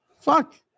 fuck